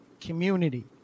community